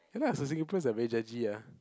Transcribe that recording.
ya lah so Singapore's like very judgy ah